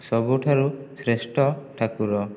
ସବୁଠାରୁ ଶ୍ରେଷ୍ଟ ଠାକୁର